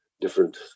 different